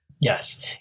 Yes